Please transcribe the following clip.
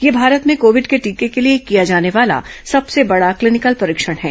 यह भारत में कोविड के टीके के लिए किया जाने वाला सबसे बड़ा क्लीनिकल परीक्षण है